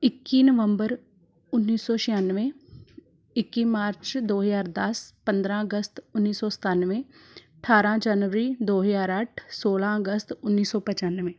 ਇੱਕੀ ਨਵੰਬਰ ਉੱਨੀ ਸੌ ਛਿਆਨਵੇਂ ਇੱਕੀ ਮਾਰਚ ਦੋ ਹਜ਼ਾਰ ਦਸ ਪੰਦਰ੍ਹਾਂ ਅਗਸਤ ਉੱਨੀ ਸੌ ਸਤਾਨਵੇਂ ਅਠਾਰ੍ਹਾਂ ਜਨਵਰੀ ਦੋ ਹਜ਼ਾਰ ਅੱਠ ਸੋਲ੍ਹਾਂ ਅਗਸਤ ਉੱਨੀ ਸੌ ਪਚਾਨਵੇਂ